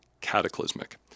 cataclysmic